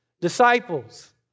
disciples